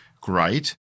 great